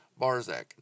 Barzak